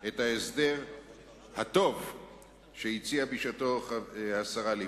את ההסדר הטוב שהציעה בשעתה השרה לבני.